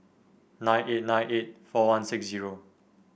nine eight nine eight four one six zero